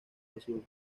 azules